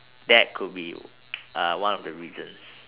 that could be uh one of the reasons